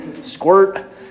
squirt